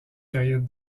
période